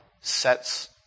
sets